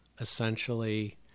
essentially